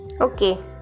Okay